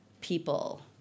people